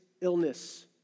illness